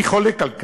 אני חולק על כך,